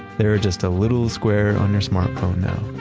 they're just a little square on your smartphone now.